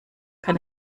kann